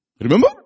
Remember